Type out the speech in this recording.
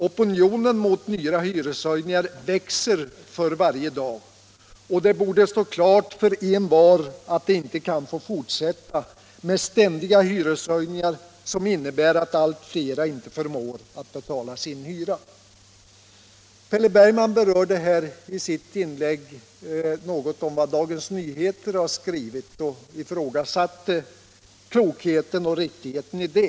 Opinionen mot nya hyreshöjningar växer för varje dag, och det borde stå klart för envar att ständiga hyreshöjningar, som innebär att allt fler inte förmår betala sin hyra, inte kan få fortsätta. Herr Bergman berörde i sitt inlägg vad Dagens Nyheter har skrivit; han ifrågasatte klokheten och riktigheten i det.